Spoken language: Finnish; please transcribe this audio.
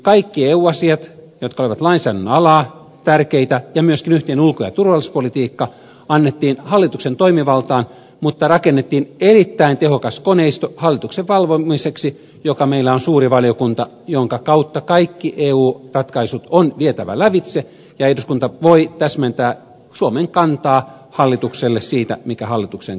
kaikki eu asiat jotka olivat lainsäädännön alaa tärkeitä ja myöskin yhteinen ulko ja turvallisuuspolitiikka annettiin hallituksen toimivaltaan mutta rakennettiin hallituksen valvomiseksi erittäin tehokas koneisto joka meillä on suuri valiokunta jonka kautta kaikki eu ratkaisut on vietävä lävitse ja eduskunta voi täsmentää suomen kantaa hallitukselle siitä mikä hallituksen kanta on